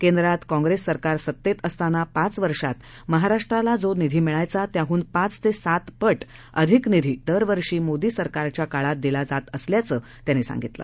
केंद्रातकाँग्रेससरकारसत्तेतअसतानापाचवर्षातमहाराष्ट्रालाजोनीधीमिळायचात्याहूनपाचतेसातपटअधिकनिधीदरवर्षीमोदीसरकारच्याकाळा तदिलाजातअसल्याचंत्यांनीसांगितलं